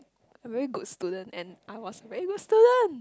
I'm a very good student and I was we were students